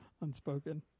unspoken